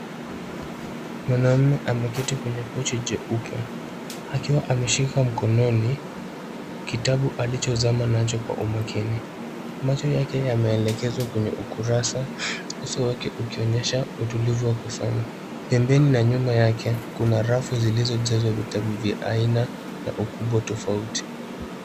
Mwanaume ameketi kwenye kochi jeupe, akiwa ameshika mkononi kitabu alichozama nacho kwa umakini. Macho yake yameelekezwa kwenye ukurasa, uso wake ukionyesha utulivu wa kusoma. Pembeni na nyuma yake, kuna rafu zilizojazwa vitabu vya aina na ukubwa tofauti.